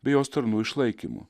bei jos tarnų išlaikymu